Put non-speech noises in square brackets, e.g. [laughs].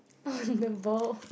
[laughs] them both